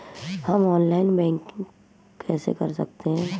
हम online banking कैसे कर सकते हैं?